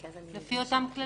זה יהיה לפי אותם כללים.